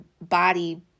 body